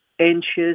anxious